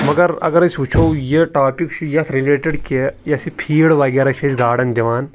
مگر اگر أسۍ وٕچھو یہِ ٹاپِک چھُ یَتھ رٕلیٹٕڈ کہِ یۄس یہِ فیٖڈ وغیرہ چھِ أسۍ گاڈَن دِوان